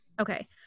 Okay